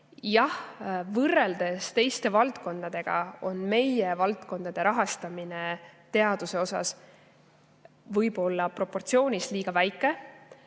Jah, võrreldes teiste valdkondadega on meie teadusvaldkondade rahastamine võib-olla proportsioonis liiga väike,